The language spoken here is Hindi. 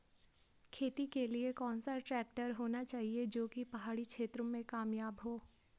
खेती के लिए कौन सा ट्रैक्टर होना चाहिए जो की पहाड़ी क्षेत्रों में कामयाब हो?